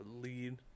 lead